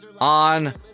on